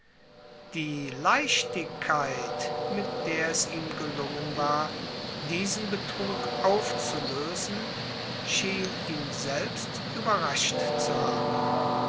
die leichtigkeit mit der es ihm gelungen war diesen betrug aufzulösen schien ihn selbst überrascht zu haben